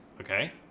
Okay